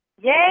Yay